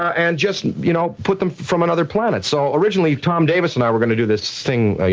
and just you know put them from another planet. so originally, tom davis and i were gonna do this thing,